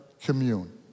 commune